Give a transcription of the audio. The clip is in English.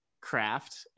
craft